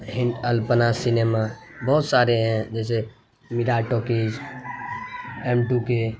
ہند Alpana cinema بہت سارے ہیں جیسے میرا ٹاکیز ایم ٹو کے